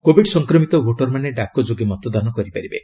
Covid ସଂକ୍ରମିତ ଭୋଟରମାନେ ଡାକ ଯୋଗେ ମତଦାନ କରିପାରିବେ